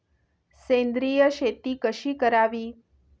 सेंद्रिय शेती कशी करावी?